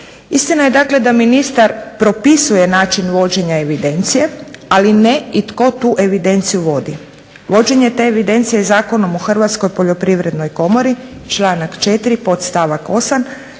Istina je dakle, da ministar propisuje način vođenja evidencije, ali ne i tko tu evidenciju vodi. Vođenje te evidencije je Zakonom o Hrvatskoj poljoprivrednoj komori članak 4. podstavak 8.